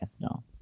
no